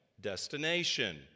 destination